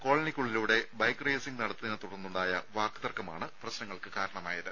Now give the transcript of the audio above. കോളനിക്കുള്ളിലൂടെ bike racing നടത്തിയതിനെ ത്തുടർന്നുണ്ടായ വാക്കുതർക്കമാണ് പ്രശ്നങ്ങൾക്ക് കാരണമായത്